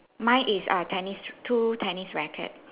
mine is uh tennis two tennis racket